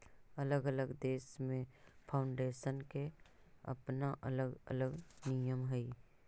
अलग अलग देश में फाउंडेशन के अपना अलग अलग नियम हई